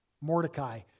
Mordecai